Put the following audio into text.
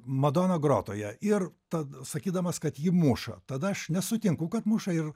madona grotoje ir tad sakydamas kad ji muša tada aš nesutinku kad muša ir